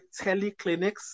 teleclinics